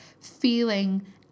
feeling